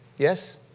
Yes